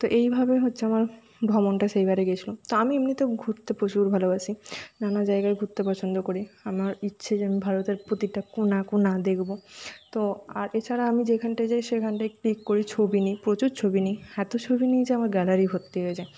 তো এইভাবে হচ্ছে আমার ভ্রমণটা সেইবারে গিয়েছিলো তা আমি এমনিতে ঘুরতে প্রচুর ভালোবাসি নানা জায়গায় ঘুরতে পছন্দ করি আমার ইচ্ছে যে আমি ভারতের প্রতিটা কোণা কোণা দেখবো তো আর এছাড়া আমি যেইখানটায় যাই সেইখানটায় ঠিক করে ছবি নিই প্রচুর ছবি নিই এত ছবি নিই যে আমার গ্যালারি ভর্তি হয়ে যায়